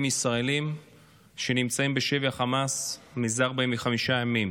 ישראלים שנמצאים בשבי חמאס זה 45 ימים.